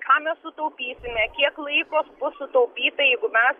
ką mes sutaupysime kiek laiko bus sutaupyta jeigu mes